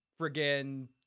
Friggin